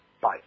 Bye